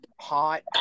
hot